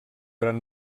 gran